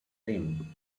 rim